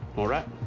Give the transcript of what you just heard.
alright!